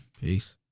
Peace